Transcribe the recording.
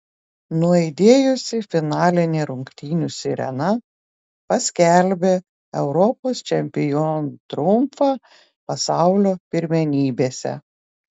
nuaidėjusi finalinė rungtynių sirena paskelbė europos čempionų triumfą pasaulio pirmenybėse